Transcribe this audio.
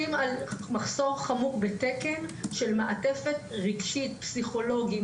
על מחסור חמור בתקן של מעטפת רגשית: פסיכולוגית,